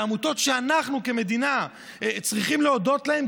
עמותות שאנחנו כמדינה צריכים להודות להן,